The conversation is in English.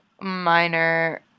minor